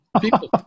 people